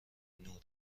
نور